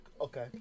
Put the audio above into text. Okay